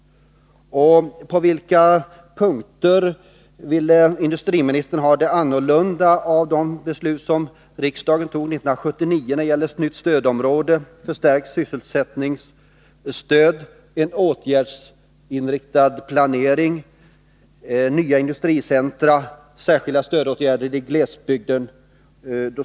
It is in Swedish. På vilka punkter vill industriministern ha det annorlunda när det gäller de beslut som riksdagen fattade 1979 om ett nytt stödområde, förstärkt sysselsättningsstöd, en åtgärdsinriktad planering, nya industricentra och särskilda stödåtgärder i glesbygden?